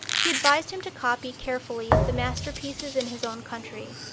he advised him to copy carefully the masterpieces in his own country.